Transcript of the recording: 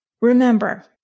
remember